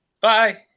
Bye